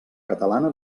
catalana